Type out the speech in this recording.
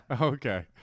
Okay